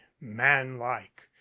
manlike